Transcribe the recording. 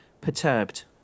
perturbed